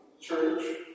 church